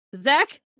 Zach